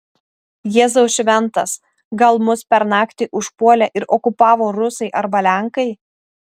jėzau šventas gal mus per naktį užpuolė ir okupavo rusai arba lenkai